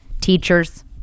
teachers